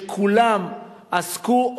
שכולם עסקו,